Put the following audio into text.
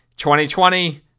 2020